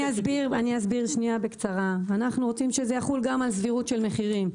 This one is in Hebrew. אני אסביר בקצרה: אנחנו רוצים שזה יחול גם על סדירות של מחירים.